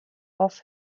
off